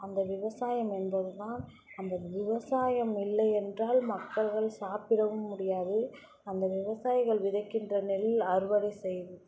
அந்த விவசாயம் என்பது தான் அந்த விவசாயம் இல்லை என்றால் மக்கள்கள் சாப்பிடவும் முடியாது அந்த விவசாயிகள் விதைக்கின்ற நெல் அறுவடை செய்து